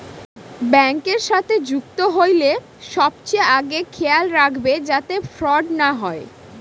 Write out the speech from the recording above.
ব্যাঙ্কের সাথে যুক্ত হইলে সবচেয়ে আগে খেয়াল রাখবে যাতে ফ্রড না হয়